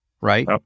Right